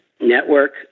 network